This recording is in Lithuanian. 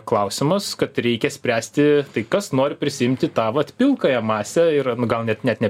klausimas kad reikia spręsti tai kas nori prisiimti tą vat pilkąją masę ir gal net net ne